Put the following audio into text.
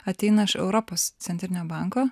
ateina iš europos centrinio banko